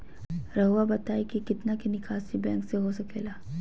रहुआ बताइं कि कितना के निकासी बैंक से हो सके ला?